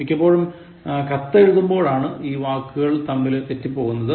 മിക്കപ്പോഴും കത്തെഴുതുമ്പോളാണ് ഈ വാക്കുകൾ തമ്മിൽ തെറ്റിപ്പോകുന്നത്